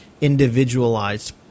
individualized